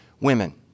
women